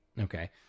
Okay